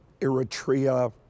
Eritrea